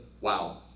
wow